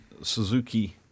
Suzuki